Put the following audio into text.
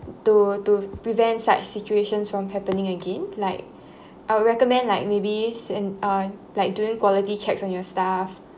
to to prevent such situations from happening again like I would recommend like maybe in uh like doing quality checks on your staff